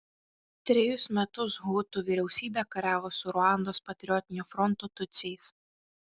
trejus metus hutų vyriausybė kariavo su ruandos patriotinio fronto tutsiais